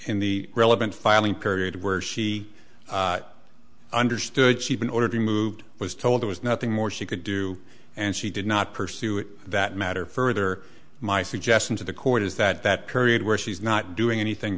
in the relevant filing period where she understood she'd been ordered removed was told there was nothing more she could do and she did not pursue it that matter further my suggestion to the court is that that period where she's not doing anything